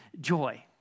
joy